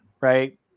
right